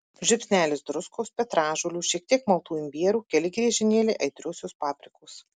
žiupsnelis druskos petražolių šiek tiek maltų imbierų keli griežinėliai aitriosios paprikos